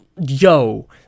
Yo